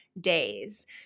days